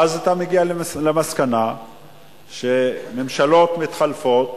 ואז אתה מגיע למסקנה שממשלות מתחלפות,